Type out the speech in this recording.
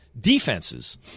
defenses